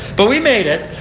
but we made it.